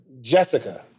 Jessica